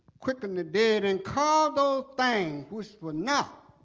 quicken the dead and call those things which were not